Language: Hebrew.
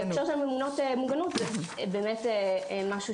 בהקשר של ממונות מוגנות זה באמת משהו